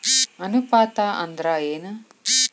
ಅನುಪಾತ ಅಂದ್ರ ಏನ್?